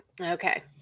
Okay